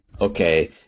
Okay